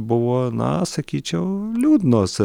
buvo na sakyčiau liūdnos